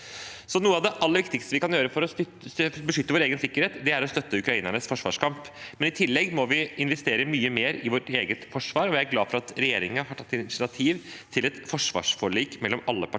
Noe av det aller viktigste vi kan gjøre for å beskytte vår egen sikkerhet, er å støtte ukrainernes forsvarskamp, men i tillegg må vi investere mye mer i vårt eget forsvar. Jeg er glad for at regjeringen har tatt initiativ til et forsvarsforlik mellom alle partiene